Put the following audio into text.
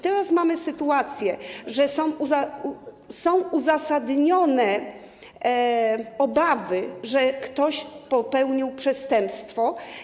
Teraz mamy sytuację, że są uzasadnione obawy, że ktoś popełnił przestępstwo.